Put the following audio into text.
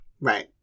right